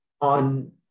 on